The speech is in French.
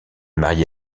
marié